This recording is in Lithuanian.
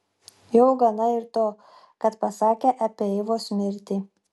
jau gana ir to kad pasakė apie eivos mirtį